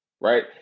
right